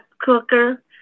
cooker